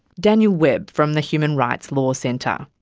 daniel webb, from the human rights law centre.